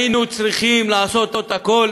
היינו צריכים לעשות הכול